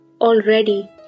Already